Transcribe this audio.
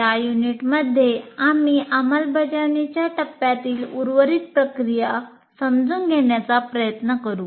या युनिटमध्ये आम्ही अंमलबजावणीच्या टप्प्यातील उर्वरित प्रक्रिया समजून घेण्याचा प्रयत्न करू